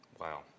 Wow